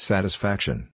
Satisfaction